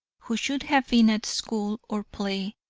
who should have been at school or play,